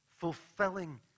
fulfilling